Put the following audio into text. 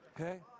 Okay